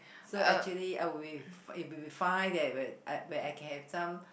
so actually I'll be it'll be fine that where I where I can have some